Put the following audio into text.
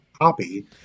copy